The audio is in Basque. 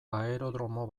aerodromo